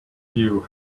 you